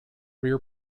rear